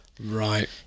Right